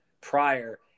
prior